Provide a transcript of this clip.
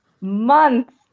months